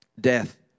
death